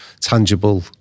tangible